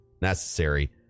necessary